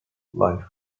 life